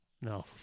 no